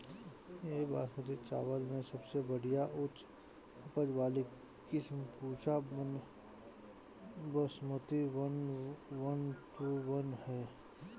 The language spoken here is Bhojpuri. एक बासमती चावल में सबसे बढ़िया उच्च उपज वाली किस्म Pusa Basmati one one two one ह?